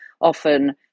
often